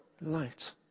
light